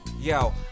yo